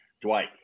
Dwight